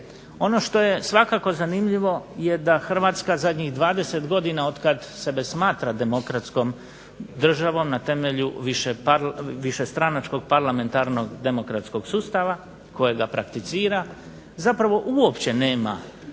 Ono što je svakako zanimljivo je da Hrvatska zadnjih 20 godina, otkad sebe smatra demokratskom državom, na temelju višestranačkog parlamentarnog demokratskog sustava, kojega prakticira, zapravo uopće nema